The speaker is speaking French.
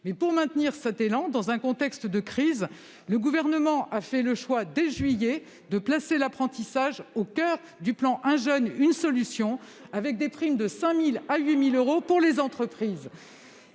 Pour maintenir cet élan dans un contexte de crise, le Gouvernement a fait le choix, dès le mois de juillet dernier, de placer l'apprentissage au coeur du plan « un jeune, une solution », avec des primes de 5 000 euros à 8 000 euros pour les entreprises.